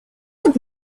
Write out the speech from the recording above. would